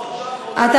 או עכשיו או,